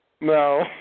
No